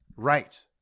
right